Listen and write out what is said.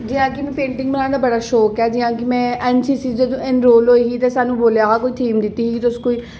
जि'यां कि मीं पेंटिंग बनाने दा बड़ा शौक ऐ जि'यां कि में एन सी सी च एनरोल होई ही ते असेंगी बोल्लेआ हा कोई थीम दित्ती ही जेह्दे कोई